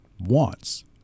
wants